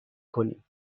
کنیم